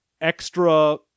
extra